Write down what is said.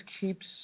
keeps